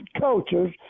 coaches